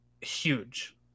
huge